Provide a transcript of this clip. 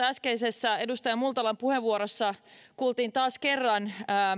äskeisessä edustaja multalan puheenvuorossa kuultiin taas kerran